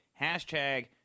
Hashtag